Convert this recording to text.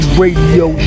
radio